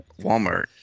Walmart